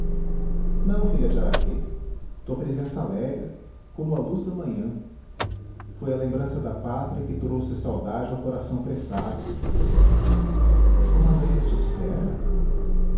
não filha de araquém tua presença alegra como a luz da manhã foi a lembrança da pátria que trouxe a saudade ao coração pressago uma noiva te espera